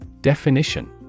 Definition